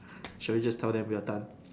shall we just tell them we are done